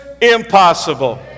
impossible